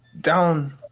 down